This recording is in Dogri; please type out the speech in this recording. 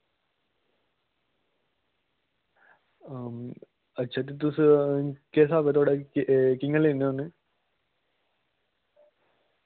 अच्छा ते तुस केह् स्हाब ऐ थोआढ़ा केह् कि'यां लैन्ने होन्ने